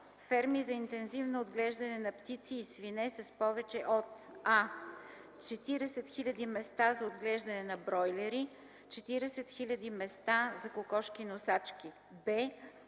Ферми за интензивно отглеждане на птици и свине с повече от: a) 40 000 места за отглеждане на бройлери, 40 000 места за кокошки носачки;